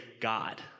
God